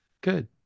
Good